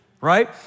right